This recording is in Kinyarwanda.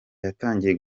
yatangiye